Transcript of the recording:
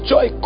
Joy